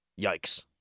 Yikes